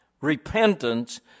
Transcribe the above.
Repentance